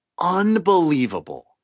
unbelievable